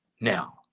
Now